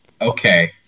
Okay